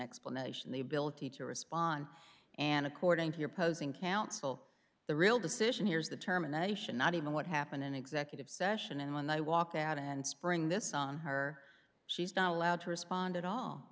explanation the ability to respond and according to your posing counsel the real decision hears the terminations not even what happened in executive session and when they walk out and spring this on her she's da loud to respond at all